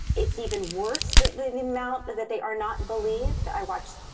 it's even worse that the the amount that they are not believed. i watched,